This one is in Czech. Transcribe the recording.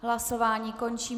Hlasování končím.